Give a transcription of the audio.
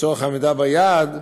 לצורך העמידה ביעד,